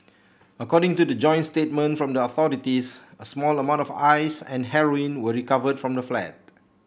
according to the joint statement from the authorities a small amount of Ice and heroin were recovered from the flat